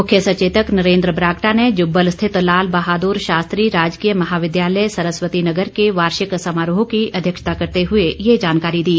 मुख्य सचेतक नरेन्द्र बरागटा ने जुब्बल स्थित लाल बहादुर शास्त्री राजकीय महाविद्यालय सरस्वती नगर के वार्षिक समारोह की अध्यक्षता करते हुए ये जानकारी दी